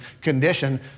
condition